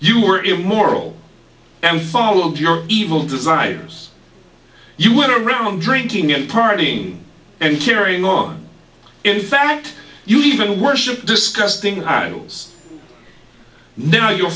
you were immoral and followed your evil desires you went around drinking and partying and carrying on in fact you even worshipped disgusting idols now your